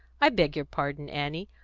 i beg your pardon, annie.